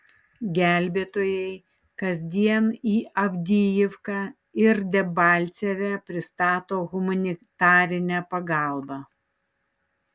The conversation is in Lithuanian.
gelbėtojai kasdien į avdijivką ir debalcevę pristato humanitarinę pagalbą